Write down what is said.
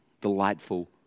delightful